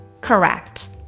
Correct